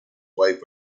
wife